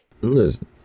Listen